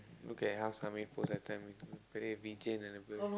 look at how pull that time we play with Vijay